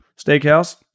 steakhouse